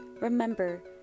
Remember